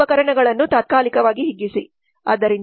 ಉಪಕರಣಗಳನ್ನು ತಾತ್ಕಾಲಿಕವಾಗಿ ಹಿಗ್ಗಿಸಿ ಆದ್ದರಿಂದ